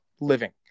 living